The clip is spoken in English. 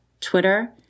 Twitter